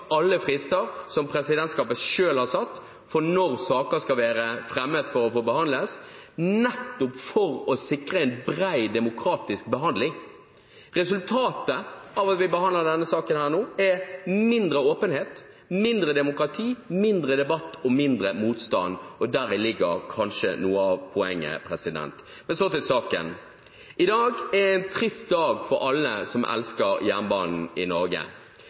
alle frister som presidentskapet selv har satt for når saker skal være fremmet for å få dem behandlet, nettopp for å sikre en bred demokratisk behandling. Resultatet av at vi behandler denne saken nå, er mindre åpenhet, mindre demokrati, mindre debatt og mindre motstand, og der ligger kanskje noe av poenget. Så til saken: Dagen i dag er en trist dag for alle som elsker jernbanen i Norge